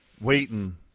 waiting